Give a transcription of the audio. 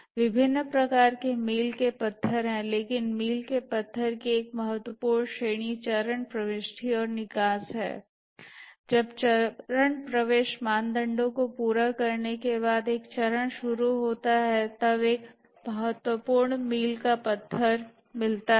विभिन्न प्रकार के मील के पत्थर हैं लेकिन मील के पत्थर की एक महत्वपूर्ण श्रेणी चरण प्रविष्टि और निकास है जब चरण प्रवेश मानदंडों को पूरा करने के बाद एक चरण शुरू होता है तब एक महत्वपूर्ण मील का पत्थर मिलता है